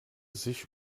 sich